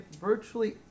virtually